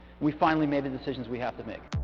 we finally made the decisions we had to make.